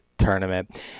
tournament